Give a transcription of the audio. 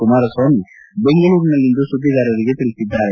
ಕುಮಾರಸ್ವಾಮಿ ಬೆಂಗಳೂರಿನಲ್ಲಿಂದು ಸುದ್ದಿಗಾರರಿಗೆ ತಿಳಿಸಿದ್ದಾರೆ